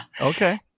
Okay